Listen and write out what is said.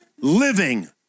living